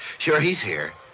sure, he's here.